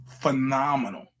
phenomenal